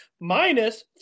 minus